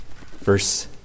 Verse